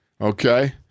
Okay